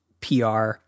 PR